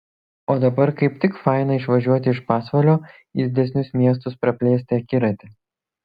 o dabar kaip tik faina išvažiuoti iš pasvalio į didesnius miestus praplėsti akiratį